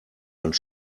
ans